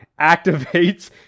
activates